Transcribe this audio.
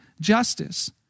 justice